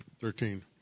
thirteen